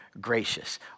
gracious